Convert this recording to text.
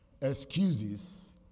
excuses